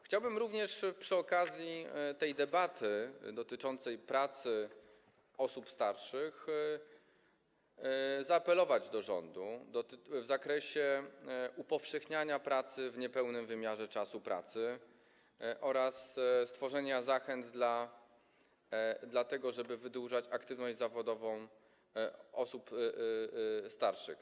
Chciałbym również przy okazji tej debaty dotyczącej pracy osób starszych zaapelować do rządu w zakresie upowszechniania pracy w niepełnym wymiarze czasu pracy oraz stworzenia zachęt do tego, żeby wydłużać aktywność zawodową osób starszych.